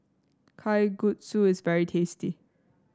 kalguksu is very tasty